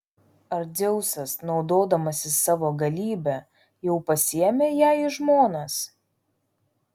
ar dzeusas naudodamasis savo galybe jau pasiėmė ją į žmonas